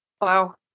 Wow